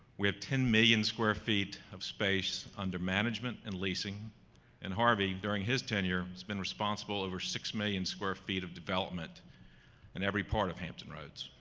we have ten million square feet of space under management and leasing and harvey, during his tenure has been responsible for over six million square feet of development in every part of hampton roads.